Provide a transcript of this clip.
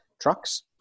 Trucks